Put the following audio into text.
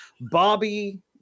Bobby